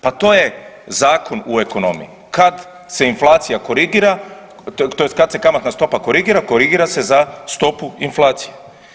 Pa to je zakon u ekonomiji, kad se inflacija korigira tj. kad se kamatna stopa korigira, korigira se za stopu inflacije.